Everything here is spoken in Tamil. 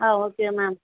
ah okay ma'am